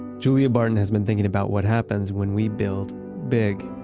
julia barton has been thinking about what happens when we build big.